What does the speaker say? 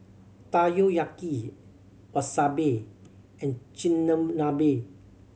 Takoyaki Wasabi and Chigenabe